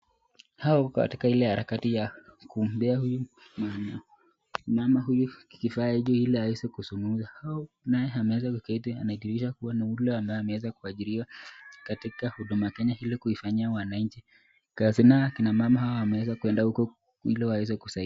Hawa wako katika ile harakati ya kumea mama huyu kifaa hicho ili aweze kuongea. Huyu naye ameweza kuketi kudhihirisha kuwa ni yule ambaye ameweza kuajiriwa katika huduma Kenya ili kuifanyia wananchi kazi, nao kina mama wameweza kuenda huko ili waweze kusaidiwa.